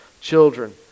Children